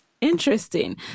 Interesting